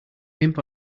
limp